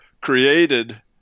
created